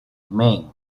men